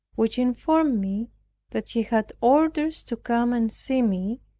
which informed me that he had orders to come and see me,